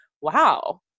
wow